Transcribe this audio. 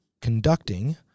conducting